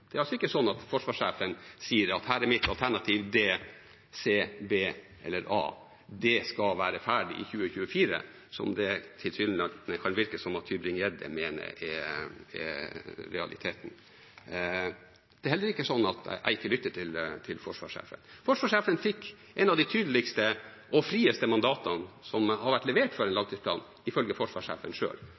Det er ikke sånn at forsvarssjefen sier at her er mitt alternativ D, C, B eller A, det skal være ferdig i 2024 – som det tilsynelatende kan virke som om Tybring-Gjedde mener er realiteten. Det er heller ikke sånn at jeg ikke lytter til forsvarssjefen. Forsvarssjefen fikk et av de tydeligste og frieste mandatene som har vært levert for en langtidsplan, ifølge forsvarssjefen